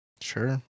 Sure